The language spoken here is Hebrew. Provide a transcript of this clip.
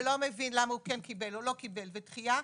ולא מבין למה הוא כן קיבל או לא קיבל ודחייה,